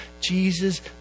Jesus